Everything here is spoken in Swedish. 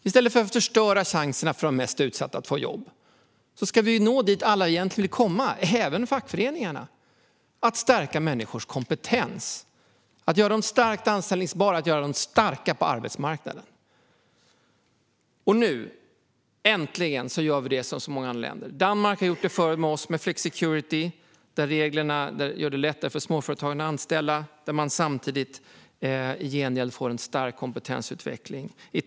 I stället för att förstöra chanserna för de mest utsatta att få jobb ska vi nå dit som alla egentligen vill komma, även fackföreningarna, nämligen att stärka människors kompetens, göra dem anställbara och göra dem starka på arbetsmarknaden. Nu äntligen gör vi det som så många andra länder har gjort. Danmark har gjort det före oss med flexicurity, där reglerna gör det lättare för småföretagare att anställa. I gengäld får man en stark kompetensutveckling.